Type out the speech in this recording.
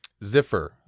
ziffer